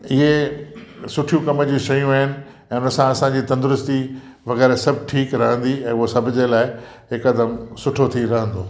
इहे सुठी कमु जी शयूं आहिनि हिनसां असांजी तंदुरुस्ती वग़ैरह सभु ठीकु रहंदी ऐं उहा सभु जे लाइ हिकदम सुठो थी रहंदो